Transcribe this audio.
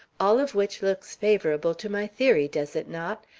all of which looks favorable to my theory, does it not,